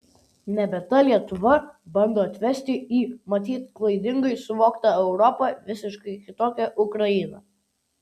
nebe ta lietuva bando atvesti į matyt klaidingai suvoktą europą visiškai kitokią ukrainą